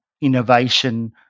innovation